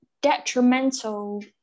detrimental